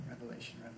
revelation